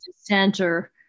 Center